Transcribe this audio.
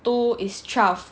two is twelve